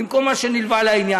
עם כל מה שנלווה לעניין.